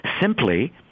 Simply